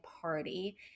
party